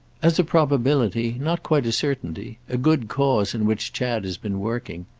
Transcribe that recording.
as a probability not quite a certainty a good cause in which chad has been working.